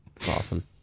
Awesome